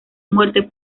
muerte